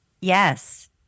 Yes